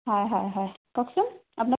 হয় হয় হয় হয় কওকচোন আপোনাক